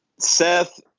Seth